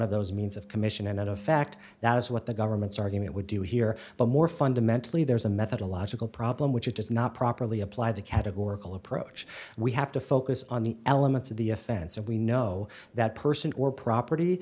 of those means of commission and out of fact that is what the government's argument would do here but more fundamentally there's a methodological problem which is not properly applied the categorical approach we have to focus on the elements of the offense and we know that person or property